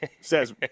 says